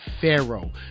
Pharaoh